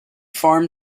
farm